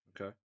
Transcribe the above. Okay